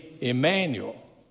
Emmanuel